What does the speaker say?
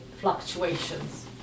fluctuations